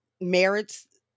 merits